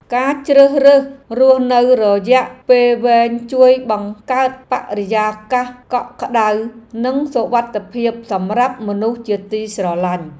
ការជ្រើសរើសរស់នៅរយៈពេលវែងជួយបង្កើតបរិយាកាសកក់ក្ដៅនិងសុវត្ថិភាពសម្រាប់មនុស្សជាទីស្រឡាញ់។